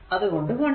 അതുകൊണ്ട് 1 dt